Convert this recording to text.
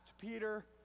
Peter